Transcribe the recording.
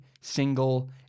single